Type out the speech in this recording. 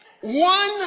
One